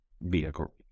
vehicle